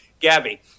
gabby